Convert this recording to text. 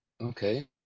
Okay